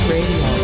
Radio